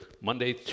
monday